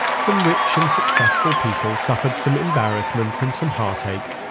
some rich and successful people suffered some embarrassment and some heartache,